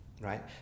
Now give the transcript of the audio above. right